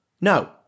no